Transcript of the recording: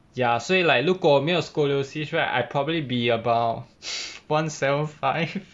ya 所以 like 如果我没有 scoliosis right I probably be about [one] seven five